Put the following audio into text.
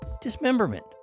Dismemberment